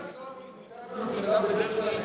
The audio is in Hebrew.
אנשי המקצוע מטעם הממשלה בדרך כלל,